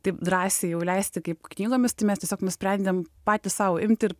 taip drąsiai jau leisti kaip knygomis tai mes tiesiog nusprendėm patys sau imti ir